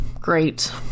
great